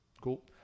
Cool